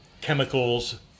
chemicals